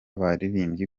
baririmbyi